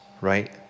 right